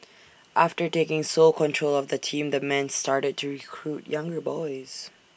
after taking sole control of the team the man started to recruit younger boys